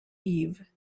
eve